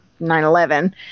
9-11